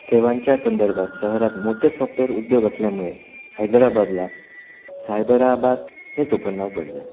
सेवांच्या संदर्भात शहरात मोठे सॉफ्टवेअर उद्योग असल्यामुळे हैदराबादला सायबराबाद हे टोपन नाव पडले